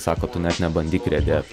sako tu net nebandyk riedėt